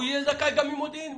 הוא יהיה זכאי גם ממודיעין להסעה.